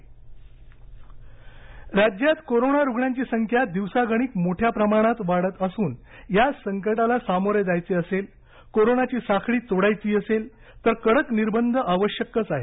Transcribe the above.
निर्वंध बाबत बैठक राज्यात कोरोना रुग्णांची संख्या दिवसागणिक मोठ्या प्रमाणात वाढत असून या संकटाला सामोरे जायचे असेल कोरोनाची साखळी तोडायची असेल तर कडक निर्बंध आवश्यकच आहेत